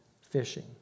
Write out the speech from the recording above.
fishing